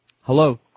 Hello